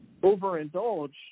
overindulge